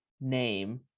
name